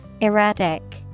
Erratic